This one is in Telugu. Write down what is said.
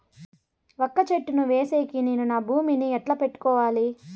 వక్క చెట్టును వేసేకి నేను నా భూమి ని ఎట్లా పెట్టుకోవాలి?